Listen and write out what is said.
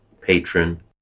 patron